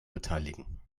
beteiligen